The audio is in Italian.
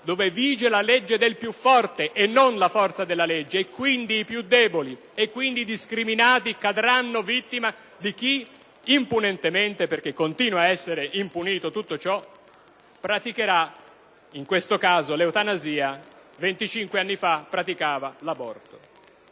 dove vige la legge del più forte e non la forza della legge. Quindi, i più deboli, cioè i discriminati, cadranno vittima di chi impunemente (perché tutto ciò continua a essere impunito), praticherà in questo caso l'eutanasia, come 25 anni fa praticava l'aborto.